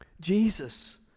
Jesus